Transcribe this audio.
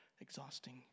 exhausting